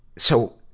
so,